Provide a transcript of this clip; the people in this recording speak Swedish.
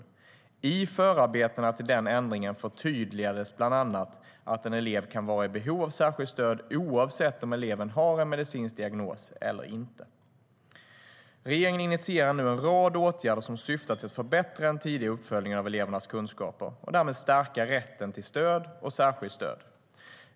I förarbetena till den ändringen förtydligas bland annat att en elev kan vara i behov av särskilt stöd, oavsett om eleven har en medicinsk diagnos eller inte. Regeringen initierar nu en rad åtgärder som syftar till att förbättra den tidiga uppföljningen av elevernas kunskaper och därmed stärka rätten till stöd och särskilt stöd.